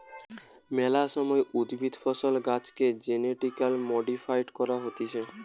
মেলা সময় উদ্ভিদ, ফসল, গাছেকে জেনেটিক্যালি মডিফাইড করা হতিছে